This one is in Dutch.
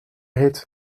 hit